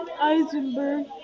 Eisenberg